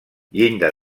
llinda